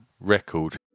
record